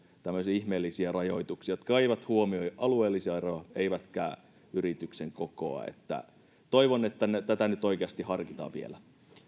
ihmeellisiä rajoituksia jotka eivät huomioi alueellisia eroja eivätkä yrityksen kokoa toivon että tätä nyt oikeasti harkitaan vielä